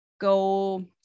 go